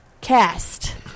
cast